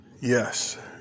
Yes